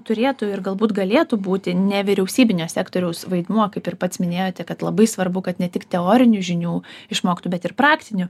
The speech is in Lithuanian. turėtų ir galbūt galėtų būti nevyriausybinio sektoriaus vaidmuo kaip ir pats minėjote kad labai svarbu kad ne tik teorinių žinių išmoktų bet ir praktinių